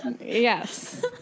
yes